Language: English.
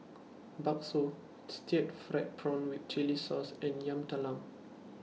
Bakso Stir Fried Prawn with Chili Sauce and Yam Talam